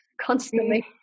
constantly